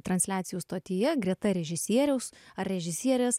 transliacijų stotyje greta režisieriaus ar režisierės